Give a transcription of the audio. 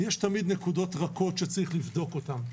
יש נקודות רכות שיש לבדוק אותן.